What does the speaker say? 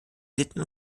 sitten